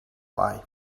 why